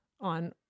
on